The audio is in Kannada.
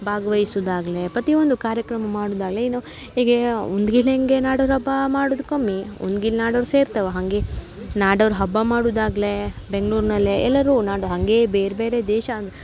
ಭಾಗ್ವಹಿಸುದಾಗ್ಲೆ ಪ್ರತಿಯೊಂದು ಕಾರ್ಯಕ್ರಮ ಮಾಡುದಾಗ್ಲಿ ಏನು ಹೀಗೆಯಾ ಹೆಂಗೆ ನಾಡೋರು ಹಬ್ಬ ಮಾಡುದು ಕಮ್ಮಿ ನಾಡೋರು ಸೇರ್ತವೆ ಹಾಗೆ ನಾಡೋರು ಹಬ್ಬ ಮಾಡುದಾಗ್ಲಿ ಬೆಂಗ್ಳೂರಿನಲ್ಲೇ ಎಲ್ಲರೂ ನಾಡೊ ಹಾಗೆ ಬೇರೆ ಬೇರೆ ದೇಶ ಅಂದು